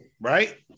right